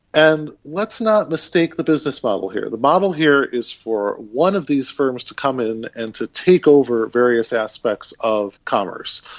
and let's not mistake the business model here. the model here is for one of these firms to come in and to take over various aspects of commerce,